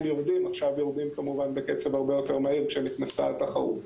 יורדים ועכשיו גם יורדים בקצב הרבה יותר מהיר כשנכנסה התחרות.